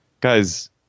guys